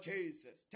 Jesus